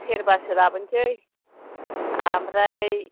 सेरबासो लाबोनोसै ओमफ्राय